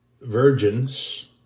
virgins